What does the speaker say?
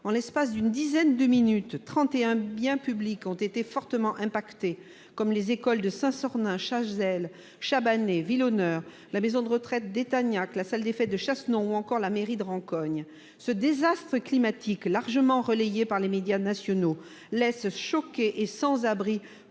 En l'espace d'une dizaine de minutes, trente et un biens publics ont été fortement touchés, comme les écoles de Saint-Sornin, de Chazelles, de Chabanais et de Vilhoneur, la maison de retraite d'Etagnac, la salle des fêtes de Chassenon, ou encore la mairie de Rancogne. Ce désastre climatique, largement relayé par les médias nationaux, laisse choqués et sans abris